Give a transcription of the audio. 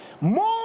more